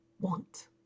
want